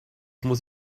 muss